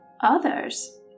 others